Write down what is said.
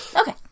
Okay